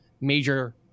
major